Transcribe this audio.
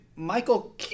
Michael